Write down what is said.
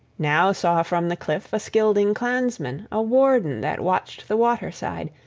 now saw from the cliff a scylding clansman, a warden that watched the water-side,